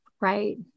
Right